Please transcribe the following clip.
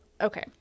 Okay